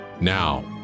now